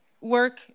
work